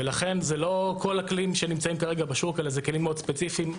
ולכן זה לא כל הכלים שנמצאים כרגע בשוק אלא זה כלים מאוד ספציפיים.